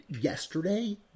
yesterday